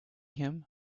him